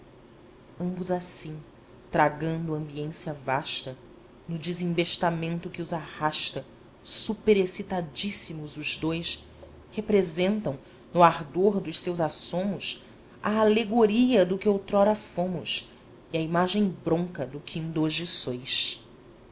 ambos assim tragando a ambiência vasta no desembestamento que os arrasta superexcitadíssimos os dois representam no ardor dos seus assomos a alegoria do que outrora fomos e a imagem bronca do que inda hoje sois